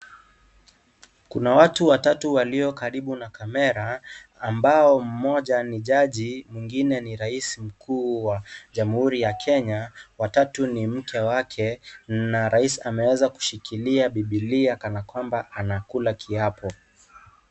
Kuna watu watatu waliokaribu na kamera ambao mmoja ni jaji mwingine ni Rais mkuu wa jamuhuri ya Kenya. WA tatu ni make wake na Rais ameweza kushikilia Bibilia, kana kwamba anakula kiapo.